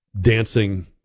Dancing